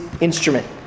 instrument